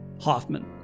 Hoffman